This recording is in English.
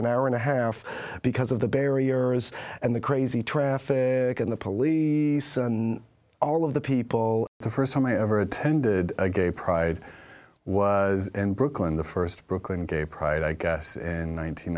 an hour and a half because of the barriers and the crazy traffic and the police all of the people the st time i ever attended a gay pride was in brooklyn the st brooklyn gay pride i guess in